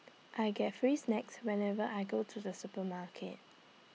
I get free snacks whenever I go to the supermarket